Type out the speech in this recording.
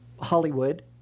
Hollywood